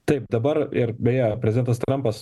taip dabar ir beje prezidentas trampas